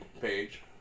page